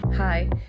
Hi